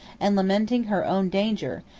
and lamenting her own danger,